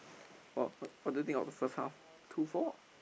what what do you think of the first half two four